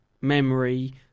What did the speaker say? memory